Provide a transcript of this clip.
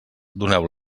doneu